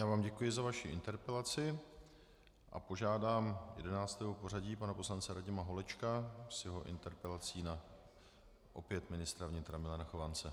Já vám děkuji za vaši interpelaci a požádám jedenáctého v pořadí, pana poslance Radima Holečka, o jeho interpelaci na opět ministra vnitra Milana Chovance.